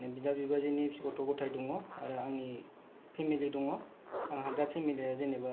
दं बिदा बिबाजैनि गथ गथाय दं आरो आंनि फेमेलि दं आंहा दा फेमेलिया जेन'बा